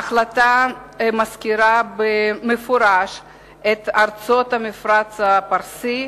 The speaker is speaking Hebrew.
ההחלטה מזכירה במפורש את ארצות המפרץ הפרסי,